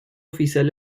oficial